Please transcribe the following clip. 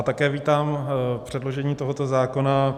Také vítám předložení tohoto zákona.